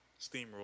steamroll